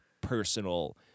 personal